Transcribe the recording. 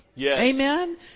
Amen